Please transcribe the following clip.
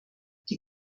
die